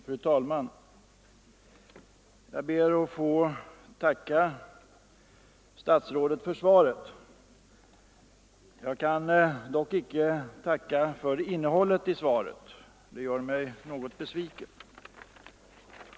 Fru talman! Jag ber att få tacka statsrådet för svaret. Jag kan dock icke tacka för dess innehåll, och det gör mig något besviken.